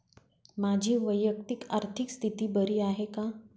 माझी वैयक्तिक आर्थिक स्थिती बरी आहे का?